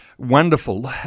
Wonderful